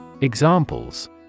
Examples